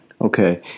Okay